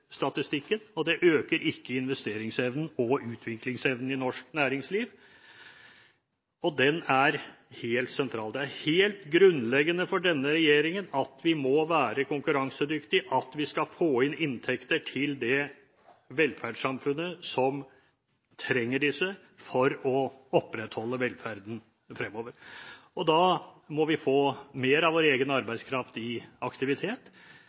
statistikken. Det øker ikke investerings- og utviklingsevnen i norsk næringsliv, og den er helt sentral. Det er helt grunnleggende for denne regjeringen at vi må være konkurransedyktige, at vi skal få inn inntekter til velferdssamfunnet, som trenger disse for å opprettholde velferden fremover. Da må vi få mer av vår egen arbeidskraft i aktivitet.